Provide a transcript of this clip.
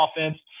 offense